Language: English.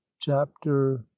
chapter